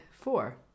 Four